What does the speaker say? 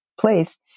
place